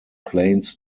planes